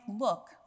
look